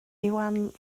iwan